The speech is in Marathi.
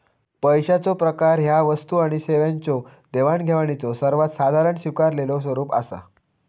पैशाचो प्रकार ह्या वस्तू आणि सेवांच्यो देवाणघेवाणीचो सर्वात साधारण स्वीकारलेलो स्वरूप असा